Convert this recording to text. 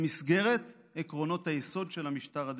במסגרת עקרונות היסוד של המשטר הדמוקרטי.